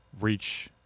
reach